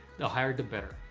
the higher, the better.